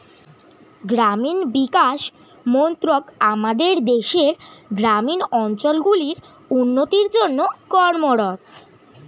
গ্রামীণ বিকাশ মন্ত্রক আমাদের দেশের গ্রামীণ অঞ্চলগুলির উন্নতির জন্যে কর্মরত